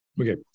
Okay